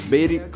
Baby